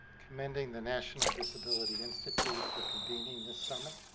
commending the national disability institute for convening this summit